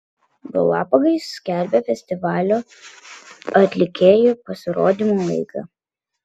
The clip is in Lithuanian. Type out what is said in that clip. galapagai skelbia festivalio atlikėjų pasirodymų laiką